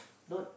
not